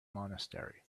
monastery